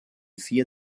vier